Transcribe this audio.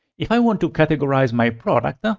if i want to categorize my product, ah